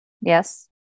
Yes